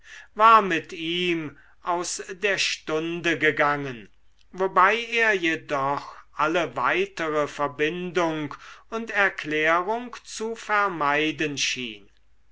war mit ihm aus der stunde gegangen wobei er jedoch alle weitere verbindung und erklärung zu vermeiden schien